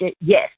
yes